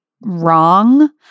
wrong